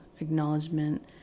acknowledgement